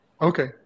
Okay